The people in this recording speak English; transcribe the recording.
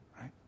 right